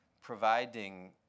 providing